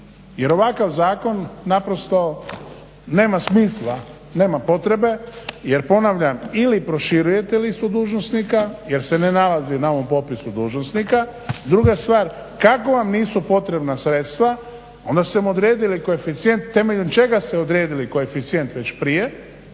jer ovakav zakon naprosto nema smisla, nema potrebe jer ponavljam ili proširujete listu dužnosnika jer se ne nalazi na ovom popisu dužnosnika. Druga stvar, kako vam nisu potrebna sredstva onda ste im odredili koeficijent, temeljem čega ste odredili koeficijent već prije